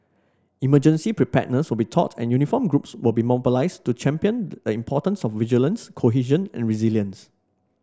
emergency preparedness will be taught and uniformed groups will be mobilised to champion the importance of vigilance cohesion and resilience